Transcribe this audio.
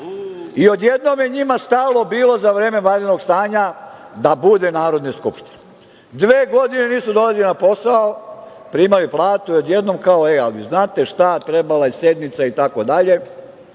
i odjednom je njima bilo stalo za vreme vanrednog stanja da bude Narodne skupštine. Dve godine nisu dolazili na posao, primaju platu i odjednom kao – znate šta, trebala je sednica i tako dalje.